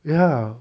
ya